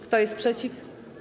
Kto jest przeciw?